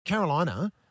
Carolina